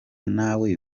nawe